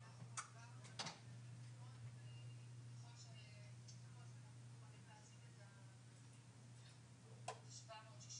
נקבל תשובה אחרי שאני מסיים עם האורח האחרון בזום - ג'אד דראושה,